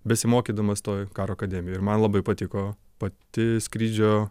besimokydamas toj karo akademijoj ir man labai patiko pati skrydžio